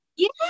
Yes